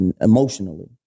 Emotionally